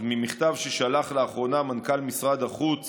ממכתב ששלח לאחרונה מנכ"ל משרד החוץ